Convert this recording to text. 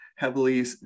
heavily